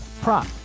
prop